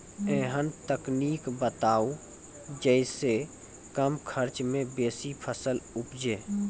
ऐहन तकनीक बताऊ जै सऽ कम खर्च मे बेसी फसल उपजे?